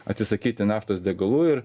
atsisakyti naftos degalų ir